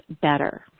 better